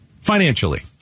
financially